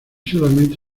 solamente